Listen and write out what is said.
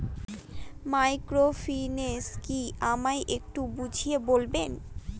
Microfinance কি আমায় একটু বুঝিয়ে বলবেন?